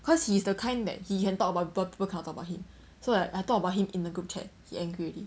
cause he's the kind that he can talk about people people cannot talk about him so like I talk about him in the group chat he angry already